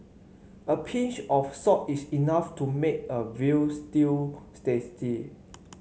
a pinch of salt is enough to make a veal stew's tasty